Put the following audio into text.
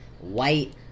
white